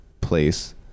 place